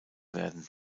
werden